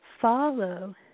Follow